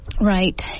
right